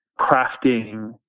crafting